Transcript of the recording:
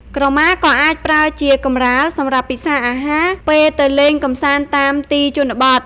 ក្រមាក៏អាចប្រើជា កម្រាលសម្រាប់ពិសាអាហារ ពេលទៅលេងកម្សាន្តតាមទីជនបទ។